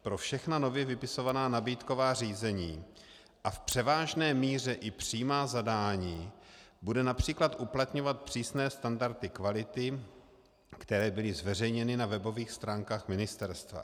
Pro všechna nově vypisovaná nabídková řízení a v převážné míře i přímá zadání bude například uplatňovat přísné standardy kvality, které byly zveřejněny na webových stránkách ministerstva.